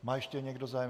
Má ještě někdo zájem?